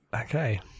okay